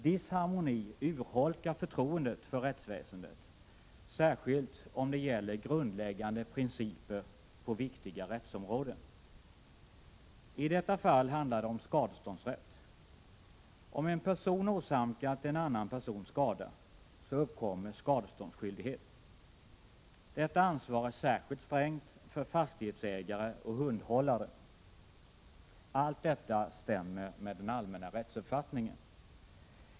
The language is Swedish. Disharmoni urholkar förtroendet för rättsväsendet, särskilt om det gäller grundläggande principer på viktiga rättsområden. I detta fall handlar det om skadeståndsrätt. Om en person åsamkat en annan person skada så uppkommer skadeståndsskyldighet. Detta ansvar är särskilt strängt för fastighetsägare och hundhållare. Allt detta stämmer med den allmänna rättsuppfattningen.